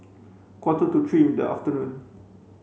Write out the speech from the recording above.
quarter to three in the afternoon